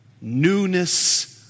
Newness